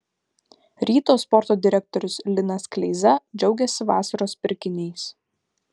ryto sporto direktorius linas kleiza džiaugėsi vasaros pirkiniais